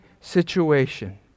situation